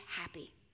happy